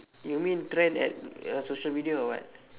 you mean trend at uh social media or what